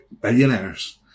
billionaires